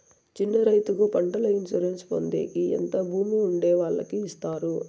చిన్న రైతుకు పంటల ఇన్సూరెన్సు పొందేకి ఎంత భూమి ఉండే వాళ్ళకి ఇస్తారు?